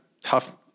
tough